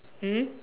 mm